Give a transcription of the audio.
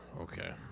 Okay